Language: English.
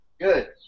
Good